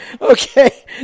Okay